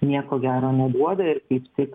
nieko gero neduoda ir kaip tik